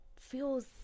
feels